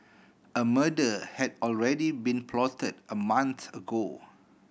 a murder had already been plotted a month ago